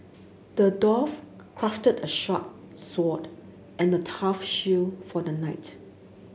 the dwarf crafted a sharp sword and a tough shield for the knight